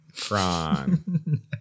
Cron